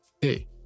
Hey